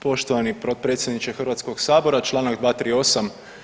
Poštovani potpredsjedniče Hrvatskog sabora, članak 238.